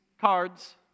cards